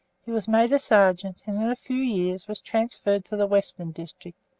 he was made a sergeant, and in a few years was transferred to the western district,